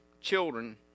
children